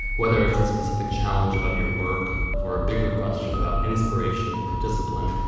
whether it's a specific challenge about your work or a bigger question about inspiration or discipline.